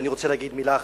ואני רוצה להגיד מלה אחת,